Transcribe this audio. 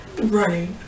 Right